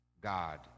God